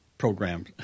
program